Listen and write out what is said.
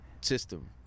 system